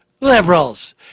Liberals